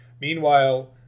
Meanwhile